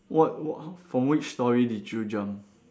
what wha~ from which storey did you jump